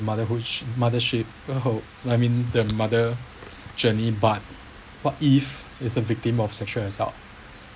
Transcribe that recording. motherhood mothership I mean the mother journey but what if is a victim of sexual assault